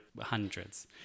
hundreds